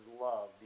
love